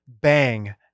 bang